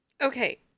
okay